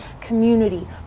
community